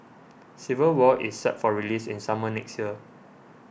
Civil War is set for release in summer next year